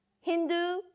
Hindu